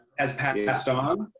has passed on.